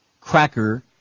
cracker